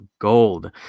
Gold